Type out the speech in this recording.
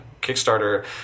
Kickstarter